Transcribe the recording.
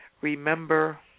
remember